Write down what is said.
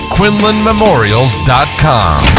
QuinlanMemorials.com